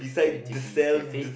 going to the cafe